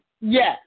Yes